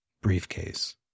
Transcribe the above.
briefcase